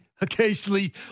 occasionally